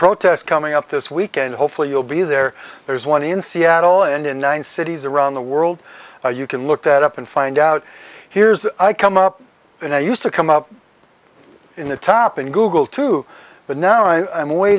protest coming up this weekend hopefully you'll be there there's one in seattle and in nine cities around the world you can look that up and find out here's i come up and i used to come up in the top in google too but now i am way